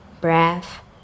breath